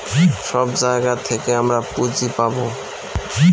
সব জায়গা থেকে আমরা পুঁজি পাবো